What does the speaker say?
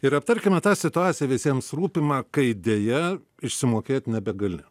ir aptarkime tą situaciją visiems rūpimą kai deja išsimokėti nebegali